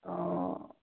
অঁ